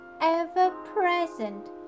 ever-present